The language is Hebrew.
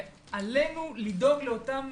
עלינו לדאוג לאותם